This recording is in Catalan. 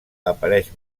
apareix